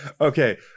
Okay